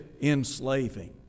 enslaving